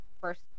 first